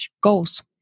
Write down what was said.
goals